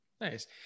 Nice